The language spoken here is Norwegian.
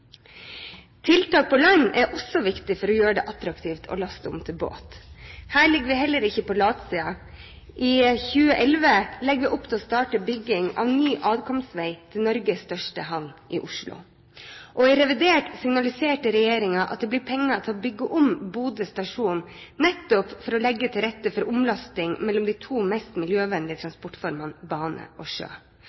Tiltak på land er også viktig for å gjøre det attraktivt å laste om til båt. Her ligger vi heller ikke på latsiden. I 2011 legger vi opp til å starte bygging av ny adkomstvei til Norges største havn i Oslo. Og i revidert nasjonalbudsjett signaliserte regjeringen at det blir penger til å bygge om Bodø stasjon nettopp for å legge til rette for omlasting mellom de to mest miljøvennlige transportformene – bane og sjø.